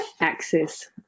access